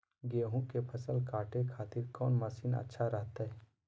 गेहूं के फसल काटे खातिर कौन मसीन अच्छा रहतय?